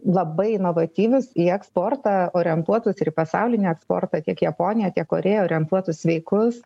labai inovatyvius į eksportą orientuotus ir į pasaulinį eksportą kiek į japoniją korėją orientuotus sveikus